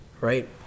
right